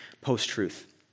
post-truth